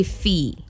fee